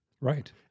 Right